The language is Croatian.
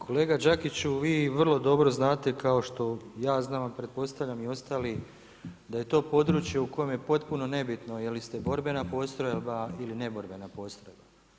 Kolega Đakiću, vi vrlo dobro znate kao što ja znam a pretpostavljam i ostali da je to područje u kojem je potpuno nebitno je li ste borbena postrojba ili neborbena postrojba.